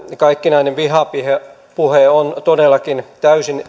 kaikkinainen vihapuhe ovat todellakin täysin